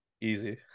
Easy